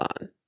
on